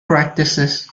practices